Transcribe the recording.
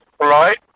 right